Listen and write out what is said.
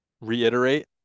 reiterate